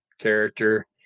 character